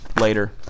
later